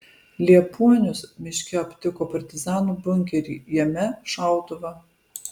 liepuonius miške aptiko partizanų bunkerį jame šautuvą